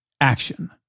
action